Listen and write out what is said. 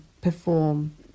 perform